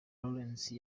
lawrence